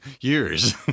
years